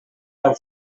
tan